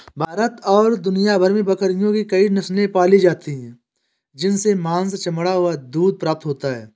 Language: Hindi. भारत और दुनिया भर में बकरियों की कई नस्ले पाली जाती हैं जिनसे मांस, चमड़ा व दूध प्राप्त होता है